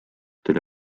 tuli